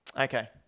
Okay